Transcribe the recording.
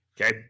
Okay